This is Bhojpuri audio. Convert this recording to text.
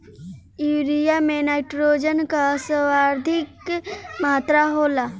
यूरिया में नाट्रोजन कअ सर्वाधिक मात्रा होला